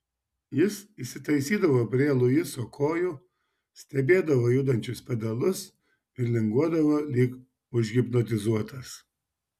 jis įsitaisydavo prie luiso kojų stebėdavo judančius pedalus ir linguodavo lyg užhipnotizuotas